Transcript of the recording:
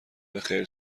بخیر